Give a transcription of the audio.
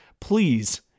please